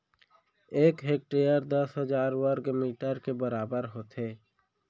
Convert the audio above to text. एक हेक्टर दस हजार वर्ग मीटर के बराबर होथे